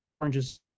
oranges